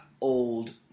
old